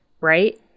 right